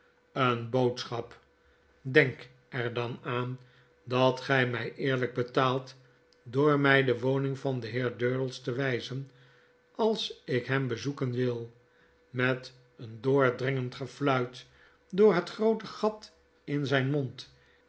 een boodschap denk er dan aan dat gy my eerlijk betaalt door my de woning van mynheer durdels te wyzen als ik hem bezoeken wil met een doordringend gefluit door het groote gat in zyn mond